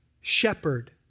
shepherd